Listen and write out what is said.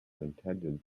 intended